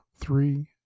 three